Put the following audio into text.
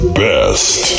best